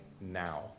now